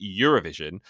Eurovision